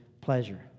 pleasure